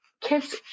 kids